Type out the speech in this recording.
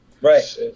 Right